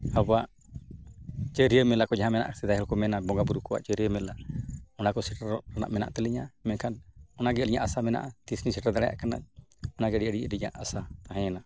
ᱟᱵᱚᱣᱟᱜ ᱪᱟᱣᱨᱤᱭᱟᱹ ᱢᱮᱞᱟ ᱠᱚ ᱡᱟᱦᱟᱸ ᱢᱮᱱᱟᱜᱼᱟ ᱥᱮᱫᱟᱭ ᱦᱚᱲ ᱠᱚ ᱢᱮᱱᱟ ᱵᱚᱸᱜᱟᱼᱵᱩᱨᱩ ᱠᱚᱣᱟ ᱪᱟᱶᱨᱤᱭᱟᱹ ᱢᱮᱞᱟ ᱚᱱᱟ ᱠᱚ ᱥᱮᱴᱮᱨᱚᱜ ᱨᱮᱱᱟᱜ ᱢᱮᱱᱟᱜ ᱛᱟᱹᱞᱤᱧᱟ ᱢᱮᱱᱠᱷᱟᱱ ᱚᱱᱟᱜᱮ ᱟᱹᱞᱤᱧᱟᱜ ᱟᱥᱟ ᱢᱮᱱᱟᱜᱼᱟ ᱛᱤᱸᱥᱞᱤᱧ ᱥᱮᱴᱮᱨ ᱫᱟᱲᱮᱭᱟᱜ ᱠᱟᱱᱟ ᱚᱱᱟᱜᱮ ᱟᱹᱞᱤᱧᱟᱜ ᱟᱥᱟ ᱛᱟᱦᱮᱸᱭᱮᱱᱟ